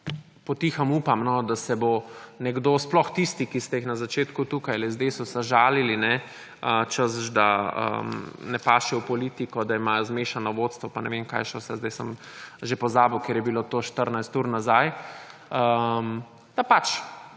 potihem upam, da se bo nekdo, sploh tisti, ki ste jih na začetku tukaj iz Desusa žalili, češ da ne paše v politiko, da imajo zmešano vodstvo in ne vem kaj še vse, sedaj sem že pozabil, ker je bo to 14 ur nazaj, da pač